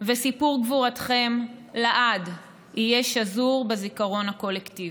וסיפור גבורתכם לעד יהיה שזור בזיכרון הקולקטיבי.